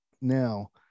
Now